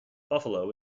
buffalo